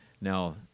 now